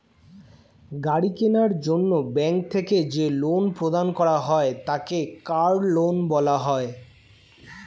গাড়ি কেনার জন্য ব্যাঙ্ক থেকে যে লোন প্রদান করা হয় তাকে কার লোন বলা হয়